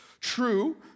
true